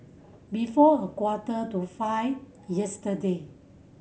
before a quarter to five yesterday